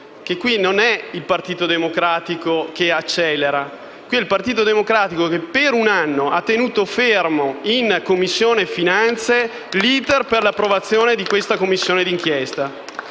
che qui non è il Partito Democratico che accelera, perché il Partito Democratico per un anno ha tenuto fermo in Commissione finanze l'*iter* per l'approvazione di questa Commissione d'inchiesta.